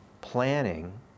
planning